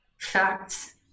facts